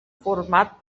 format